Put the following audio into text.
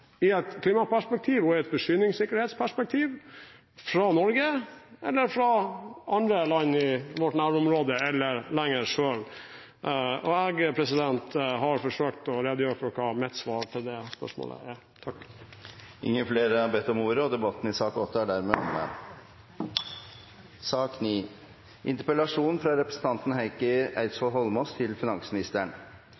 i et klimaperspektiv og i et forsyningssikkerhetsperspektiv – fra Norge, fra andre land i vårt nærområde eller lenger sør? Jeg har forsøkt å redegjøre for hva mitt svar på det spørsmålet er. Flere har ikke bedt om ordet til sak nr. 8. Tusen takk for muligheten til å diskutere dette som kanskje er